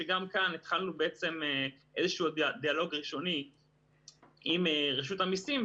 שגם כאן התחלנו בעצם איזשהו דיאלוג ראשוני עם רשות המיסים.